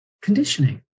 conditioning